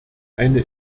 eine